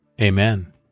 Amen